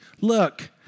Look